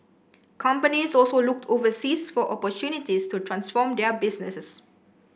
companies also looked overseas for opportunities to transform their businesses